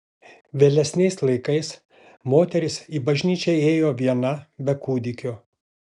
vėlesniais laikais moteris į bažnyčią ėjo viena be kūdikio